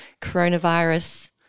coronavirus